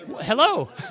Hello